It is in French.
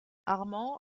armand